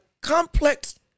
complex